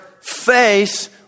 face